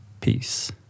Peace